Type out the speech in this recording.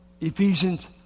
Ephesians